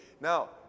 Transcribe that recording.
Now